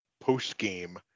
post-game